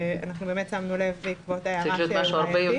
שמנו אליו לב בעקבות ההערה נאמרה,